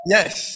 Yes